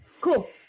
Cool